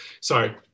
Sorry